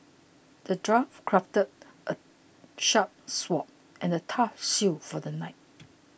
the dwarf crafted a sharp sword and a tough shield for the knight